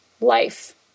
life